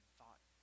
thought